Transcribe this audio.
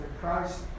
Christ